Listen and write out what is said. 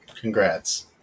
Congrats